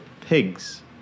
pigs